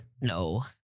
No